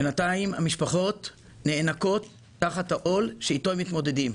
בינתיים המשפחות נאנקות תחת העול שאיתו הן מתמודדות.